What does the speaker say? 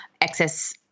excess